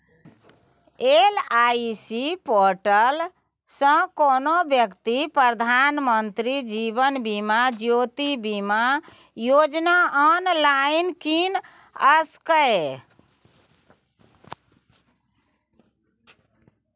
LIC portal सँ कोनो बेकती प्रधानमंत्री जीबन ज्योती बीमा योजना आँनलाइन कीन सकैए